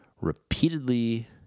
repeatedly